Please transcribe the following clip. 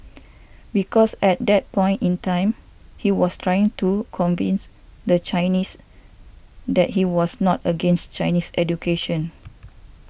because at that point in time he was trying to convince the Chinese that he was not against Chinese education